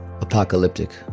apocalyptic